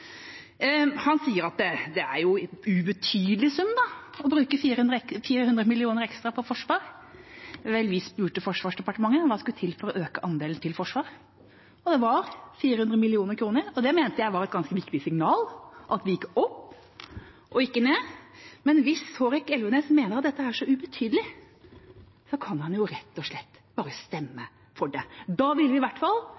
Vel, vi spurte Forsvarsdepartementet om hva som skulle til for å øke andelen til forsvar, og det var 400 mill. kr. Jeg mente det var et ganske viktig signal at vi gikk opp – og ikke ned. Men hvis Hårek Elvenes mener at dette er så ubetydelig, kan han rett og slett bare stemme for det. Da vil det i hvert fall